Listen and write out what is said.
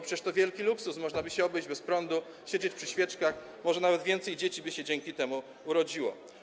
Przecież prąd to wielki luksus, można by się obejść bez niego, siedzieć przy świeczkach, może nawet więcej dzieci by się dzięki temu urodziło.